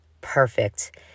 perfect